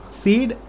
seed